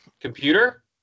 computer